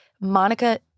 Monica